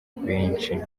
benshi